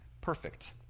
perfect